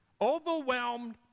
Overwhelmed